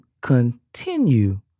continue